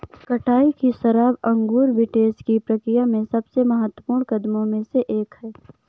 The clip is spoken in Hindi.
कटाई की शराब अंगूर विंटेज की प्रक्रिया में सबसे महत्वपूर्ण कदमों में से एक है